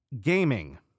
gaming